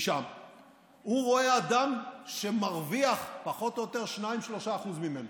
הוא רואה אדם שמרוויח פחות או יותר 2%-3% ממנו.